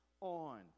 on